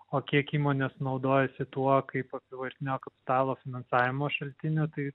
o kiek įmonės naudojasi tuo kaip apyvartinio kapitalo finansavimo šaltiniu tai